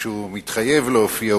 כשהוא מתחייב להופיע,